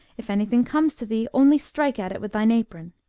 if anything comes to thee, only strike at it with thine apron.